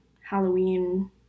Halloween